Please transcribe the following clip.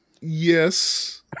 yes